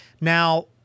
Now